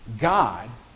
God